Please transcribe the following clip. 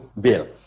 bill